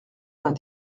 vingt